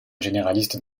généraliste